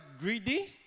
greedy